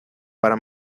para